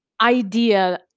idea